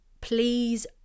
please